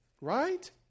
Right